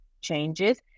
changes